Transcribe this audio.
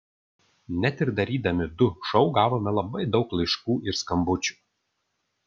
net ir darydami du šou gavome labai daug laiškų ir skambučių